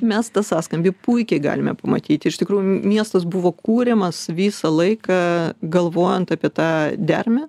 mes tą sąskambį puikiai galime pamatyti iš tikrųjų miestas buvo kuriamas visą laiką galvojant apie tą dermę